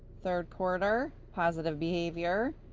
third quarter positive behavior,